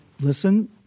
listen